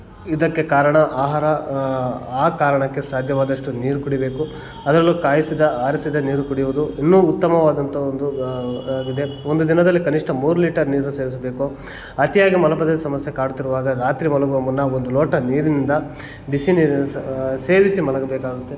ಇದಕ್ಕೆ ಕಾರಣ ಆಹಾರ ಆ ಕಾರಣಕ್ಕೇ ಸಾಧ್ಯವಾದಷ್ಟು ನೀರು ಕುಡಿಬೇಕು ಅದರಲ್ಲೂ ಕಾಯಿಸಿದ ಆರಿಸಿದ ನೀರು ಕುಡಿಯುವುದು ಇನ್ನೂ ಉತ್ತಮವಾದಂತಹ ಒಂದು ಆಗಿದೆ ಒಂದು ದಿನದಲ್ಲಿ ಕನಿಷ್ಠ ಮೂರು ಲೀಟರ್ ನೀರು ಸೇವಿಸಬೇಕು ಅತೀಯಾಗಿ ಮಲಬದ್ಧತೆ ಸಮಸ್ಯೆ ಕಾಡ್ತಿರುವಾಗ ರಾತ್ರಿ ಮಲಗುವ ಮುನ್ನ ಒಂದು ಲೋಟ ನೀರಿನಿಂದ ಬಿಸಿ ನೀರಿನ ಸೇವಿಸಿ ಮಲಗಬೇಕಾಗುತ್ತೆ